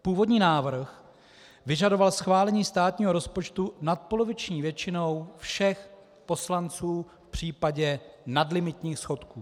Původní návrh vyžadoval schválení státního rozpočtu nadpoloviční většinou všech poslanců v případě nadlimitních schodků.